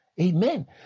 Amen